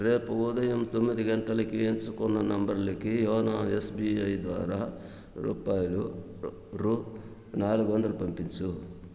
రేపు ఉదయం తొమ్మిది గంటలకి ఎంచుకున్న నెంబర్లకి యోనో ఎస్బీఐ ద్వారా రూపాయలు రు నాలుగొందలు పంపించు